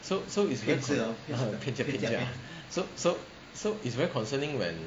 pian jiak pian jiak so so it's good so so so it's very concerning when